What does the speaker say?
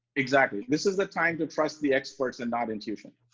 exactly, this is the time to trust the experts and not intuition.